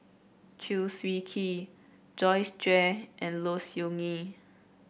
Chew Swee Kee Joyce Jue and Low Siew Nghee